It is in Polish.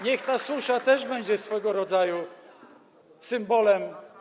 Niech ta susza też będzie swego rodzaju symbolem.